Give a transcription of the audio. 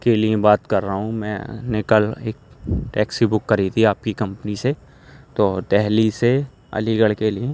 کے لیے بات کر رہا ہوں میں نے کل ایک ٹیکسی بک کری تھی آپ کی کمپنی سے تو دہلی سے علی گڑھ کے لیے